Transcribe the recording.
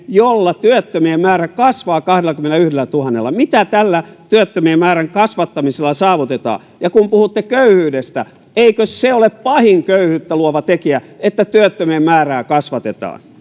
jolla työttömien määrä kasvaa kahdellakymmenellätuhannella mitä tällä työttömien määrän kasvattamisella saavutetaan ja kun puhutte köyhyydestä eikös se ole pahin köyhyyttä luova tekijä että työttömien määrää kasvatetaan